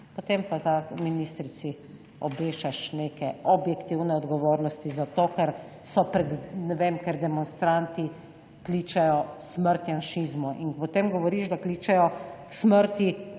potem pa ta ministrici obešaš neke objektivne odgovornosti za to, ker so pred, ne vem, ker demonstranti kličejo smrt Janšizmu. In potem govoriš, da kličejo k smrti